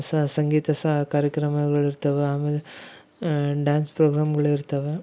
ಸ ಸಂಗೀತ ಸಾ ಕಾರ್ಯಕ್ರಮಗಳು ಇರ್ತವೆ ಆಮೇಲೆ ಡ್ಯಾನ್ಸ್ ಪ್ರೋಗ್ರಾಮ್ಗಳು ಇರ್ತವೆ